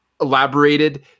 elaborated